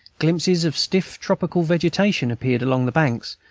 glimpses of stiff tropical vegetation appeared along the banks,